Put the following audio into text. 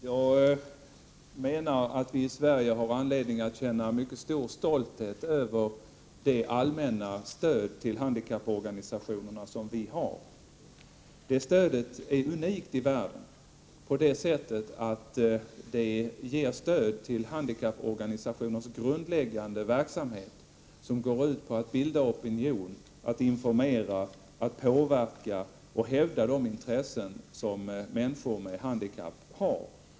Herr talman! Jag menar att vi i Sverige har anledning att känna mycket stor stolthet över det allmänna stöd till handikapporganisationerna som vi ger. Det stödet är unikt i världen: Vi ger stöd till handikapporganisationers grundläggande verksamhet, som går ut på att bilda opinion, att informera, att påverka och att hävda de intressen som människor med handikapp har.